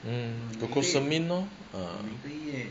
mm glucosamine lor ah